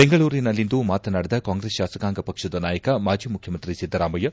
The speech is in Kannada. ಬೆಂಗಳೂರಿನಲ್ಲಿಂದು ಮಾತನಾಡಿದ ಕಾಂಗ್ರೆಸ್ ಶಾಸಕಾಂಗ ಪಕ್ಷದ ನಾಯಕ ಮಾಜಿ ಮುಖ್ಯಮಂತ್ರಿ ಸಿದ್ದರಾಮಯ್ಯ